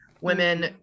Women